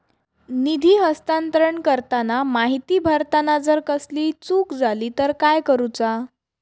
निधी हस्तांतरण करताना माहिती भरताना जर कसलीय चूक जाली तर काय करूचा?